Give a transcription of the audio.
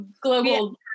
global